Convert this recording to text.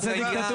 זה כל העניין.